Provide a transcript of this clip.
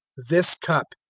this cup,